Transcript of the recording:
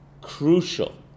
crucial